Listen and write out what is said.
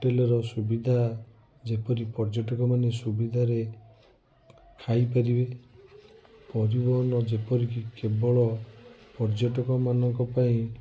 hotel ର ସୁବିଧା ଯେପରିକି ପର୍ଯ୍ୟଟକ ମାନେ ସୁବିଧାରେ ଖାଇପାରିବେ ପରିବହନ ଯେପରିକି କେବଳ ପର୍ଯ୍ୟଟକ ମାନଙ୍କ ପାଇଁ